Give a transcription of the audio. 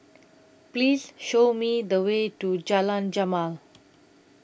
Please Show Me The Way to Jalan Jamal